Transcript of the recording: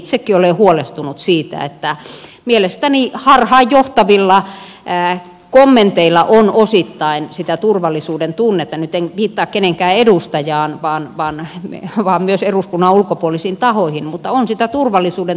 itsekin olen huolestunut siitä että mielestäni harhaanjohtavilla kommenteilla on osittain sitä turvallisuudentunnetta nyt en viittaa kehenkään edustajaan vaan myös eduskunnan ulkopuolisiin tahoihin murennettu